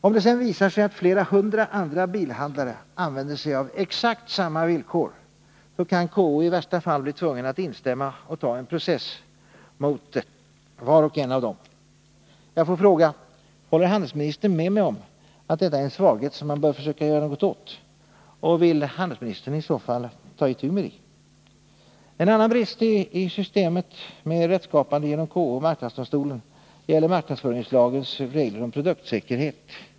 Om det sedan visar sig att flera hundra andra bilhandlare använder sig av exakt samma villkor, så kan KO i värsta fall bli tvungen att instämma och ta en process mot var och en av dem. Jag får fråga: Håller handelsministern med mig om att detta är en svaghet som man bör göra något åt? Vill handelsministern i så fall ta itu med det? En annan brist i systemet med rättsskapande genom KO och marknadsdomstolen gäller marknadsföringslagens regler om produktsäkerhet.